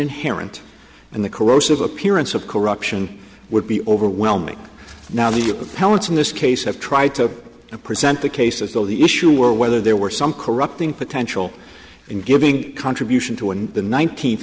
inherent in the corrosive appearance of corruption would be overwhelming now the appellant's in this case have tried to present the case as though the issue or whether there were some corrupting potential in giving contribution to and the nineteenth